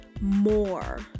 more